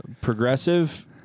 Progressive